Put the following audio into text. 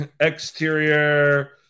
exterior